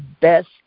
best